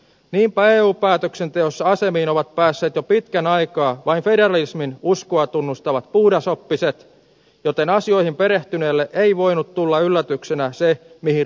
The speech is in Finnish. niinpä eu päätöksenteossa asemiin ovat päässeet jo pitkän aikaa vain federalismin uskoa tunnustavat puhdasoppiset joten asioihin perehtyneelle ei voinut tulla yllätyksenä se mihin rahaliitto johtaa